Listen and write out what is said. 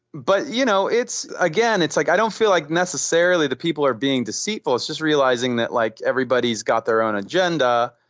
but, you know, again, it's like i don't feel like necessarily the people are being deceitful, it's just realizing that like everybody's got their own agenda.